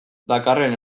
dakarren